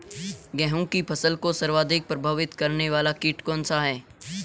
गेहूँ की फसल को सर्वाधिक प्रभावित करने वाला कीट कौनसा है?